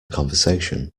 conversation